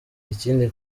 ikindi